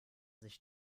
sich